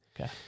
Okay